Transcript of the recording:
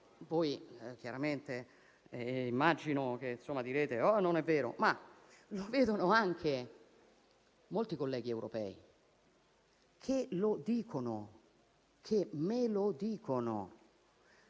voi chiaramente direte "oh, non è vero", ma lo vedono anche molti colleghi europei, che lo dicono e me lo dicono: